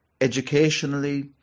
educationally